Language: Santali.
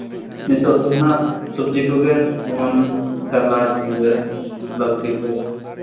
ᱱᱤᱛᱚᱜ ᱫᱚ ᱦᱟᱸᱜ ᱥᱚᱵᱽᱡᱤ ᱠᱚᱜᱮ ᱡᱮᱢᱚᱱ ᱠᱟᱨᱞᱟ ᱡᱷᱤᱸᱜᱟᱹ ᱞᱟᱹᱣᱠᱤ ᱠᱚ